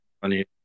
funny